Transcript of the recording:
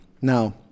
Now